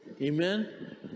amen